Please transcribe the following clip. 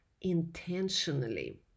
intentionally